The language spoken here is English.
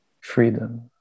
freedom